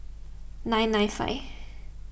nine nine five